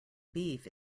beef